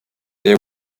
they